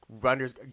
runner's